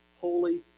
holy